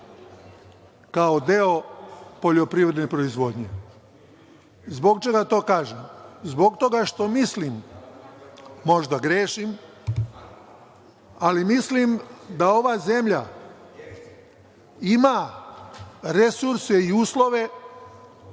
kao deo poljoprivredne proizvodnje. Zbog čega to kažem? Zbog toga što mislim, možda grešim, ali mislim da ova zemlja ima resurse i uslove